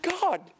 God